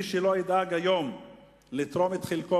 מי שלא ידאג היום לתרום את חלקו,